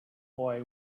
boy